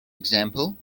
example